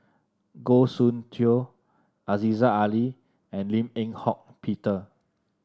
Goh Soon Tioe Aziza Ali and Lim Eng Hock Peter